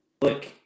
look